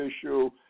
issue